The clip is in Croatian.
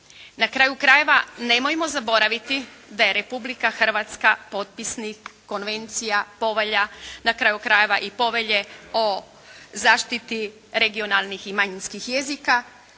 Na kraju krajeva nemojmo zaboraviti da je Republika Hrvatska potpisnik konvencija, povelja, na kraju krajeva i Povelje o zaštiti regionalnih i manjinskih jezika,